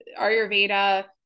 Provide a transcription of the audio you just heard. ayurveda